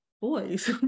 boys